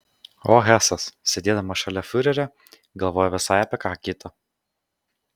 o hesas sėdėdamas šalia fiurerio galvojo visai apie ką kitą